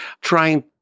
trying